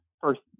first